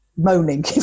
moaning